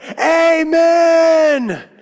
Amen